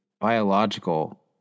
biological